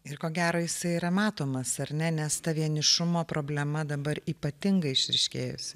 ir ko gero jisai yra matomas ar ne nes ta vienišumo problema dabar ypatingai išryškėjusi